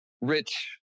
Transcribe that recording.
rich